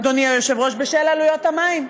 אדוני היושב-ראש, בשל עלויות המים.